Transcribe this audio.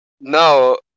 No